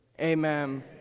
Amen